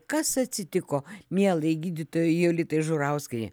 kas atsitiko mielai gydytojai jolitai žurauskienei